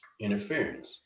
interference